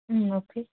ம் ஓகே